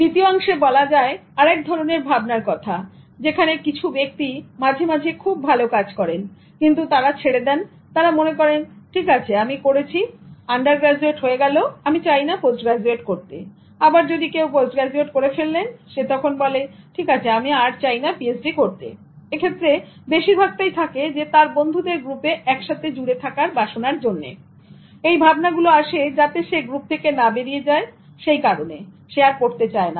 দ্বিতীয় অংশে বলা যায় আরেক ধরনের ভাবনার কথা যেখানে কিছু ব্যক্তি মাঝে মাঝে খুব ভালো কাজ করেন কিন্তু তারা ছেড়ে দেন তারা মনে করেন ঠিক আছে আমি করেছি আন্ডারগ্রাজুয়েট হয়ে গেল আমি চাই না পোস্টগ্রাজুয়েট করতে আবার যদি কেউ পোস্ট গ্রাজুয়েট করে ফেলেন সে তখন বলে ঠিক আছে আমি চাইনা পিএইচডি করতে এক্ষেত্রে বেশিরভাগটাই থাকে তার বন্ধুদের গ্রুপে একসাথে জূড়ে থাকার বাসনায় এই ভাবনা গুলো আসে যাতে সে গ্রুপ থেকে না বেরিয়ে যায় সেই কারণে সে আর পড়তে চায় না